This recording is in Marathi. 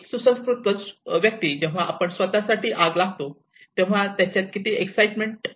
एक सुसंस्कृत व्यक्ती जेव्हा आपण स्वतःसाठी आग लावतो तेव्हा त्याच्यात किती एक्ससाईटमेंट होते